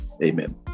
Amen